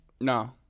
No